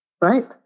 right